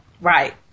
Right